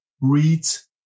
reads